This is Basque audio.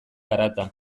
harata